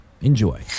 Enjoy